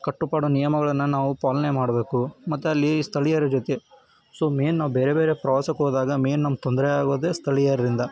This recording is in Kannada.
ಕಟ್ಟುಪಾಡು ನಿಯಮಗಳನ್ನು ನಾವು ಪಾಲನೆ ಮಾಡಬೇಕು ಮತ್ತು ಅಲ್ಲಿ ಸ್ಥಳೀಯರ ಜೊತೆ ಸೊ ಮೇಯ್ನ್ ನಾವು ಬೇರೆ ಬೇರೆ ಪ್ರವಾಸಕ್ಕೆ ಹೋದಾಗ ಮೇಯ್ನ್ ನಮ್ಗೆ ತೊಂದರೆ ಆಗೋದೇ ಸ್ಥಳೀಯರಿಂದ